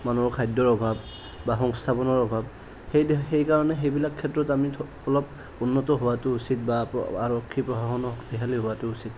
মানুহৰ খাদ্যৰ অভাৱ বা সংস্থাপনৰ অভাৱ সেই সেই কাৰণে সেইবিলাক ক্ষেত্ৰত আমি অলপ উন্নত হোৱাতো উচিত বা আৰক্ষী প্ৰশাসন শক্তিশালী হোৱাতো উচিত